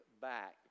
back